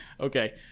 Okay